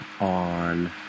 on